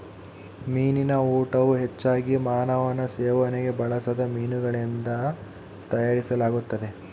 ಮೀನಿನ ಊಟವು ಹೆಚ್ಚಾಗಿ ಮಾನವನ ಸೇವನೆಗೆ ಬಳಸದ ಮೀನುಗಳಿಂದ ತಯಾರಿಸಲಾಗುತ್ತದೆ